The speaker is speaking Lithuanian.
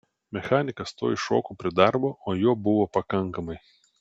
mechanikas tuoj šoko prie darbo o jo buvo pakankamai